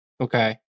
Okay